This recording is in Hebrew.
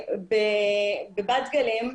כן בבת גלים,